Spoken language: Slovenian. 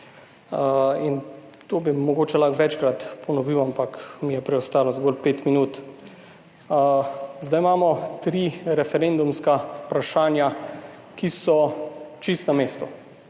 In to bi mogoče lahko večkrat ponovil, ampak mi je preostalo zgolj 5 minut. Zdaj imamo tri referendumska vprašanja, ki so čisto na mestu.